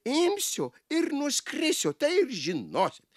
imsiu ir nuskrisiu tai ir žinot